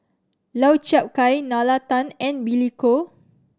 Lau Chiap Khai Nalla Tan and Billy Koh